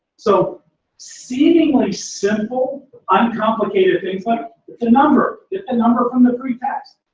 so seemingly simple uncomplicated things like the number. the number from the free text,